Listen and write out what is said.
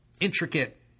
intricate